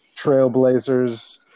trailblazers